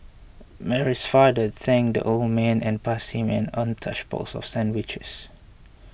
Mary's father thanked the old man and passed him an untouched box of sandwiches